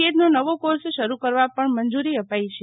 એડનો નવો કોર્સ શરુ કરવા પણ મંજુરી અપાઈ છે